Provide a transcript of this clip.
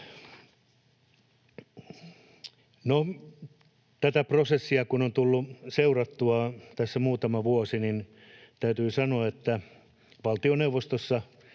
tätä prosessia kun on tullut seurattua tässä muutama vuosi, niin täytyy sanoa, että valtioneuvostossa